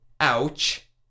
ouch